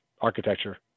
architecture